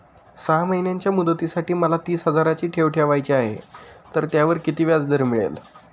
सहा महिन्यांच्या मुदतीसाठी मला तीस हजाराची ठेव ठेवायची आहे, तर त्यावर किती व्याजदर मिळेल?